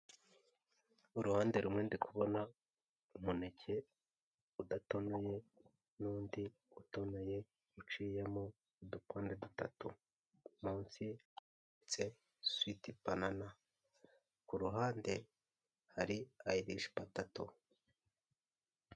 Uruhande rumwe ndi kubona umuneke udatonoye n'undi utonoye uciyemo udukoni dutatu, mu nsi handitse suwiti banana, ku ruhande hari ayirishii patato.